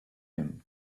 him